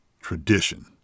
Tradition